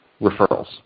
referrals